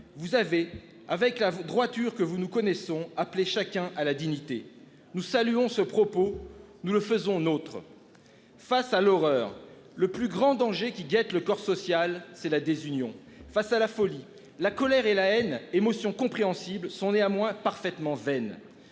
vous avez avec la droiture que vous nous connaissons appeler chacun à la dignité. Nous saluons ce propos, nous le faisons nôtre. Face à l'horreur, le plus grand danger qui guette le corps social c'est la désunion face à la folie. La colère et la haine émotion compréhensible sont néanmoins parfaitement vaine